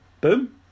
boom